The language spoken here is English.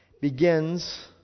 begins